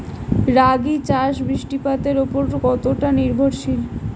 রাগী চাষ বৃষ্টিপাতের ওপর কতটা নির্ভরশীল?